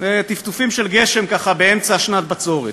אלה טפטופים של גשם, ככה, באמצע שנת בצורת.